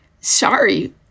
sorry